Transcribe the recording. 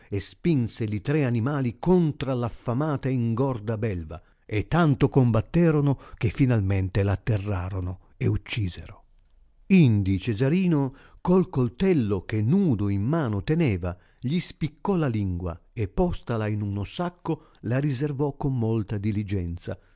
e spinse li ti e animali contra l affamata e ingorda belva e tanto combatterono che finalmente l atterrarono e uccisero indi cesarino col coltello che nudo in mano teneva gli spiccò la lingua e postala in uno sacco la riservò con molta diligenza